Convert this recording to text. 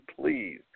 please